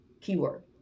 keyword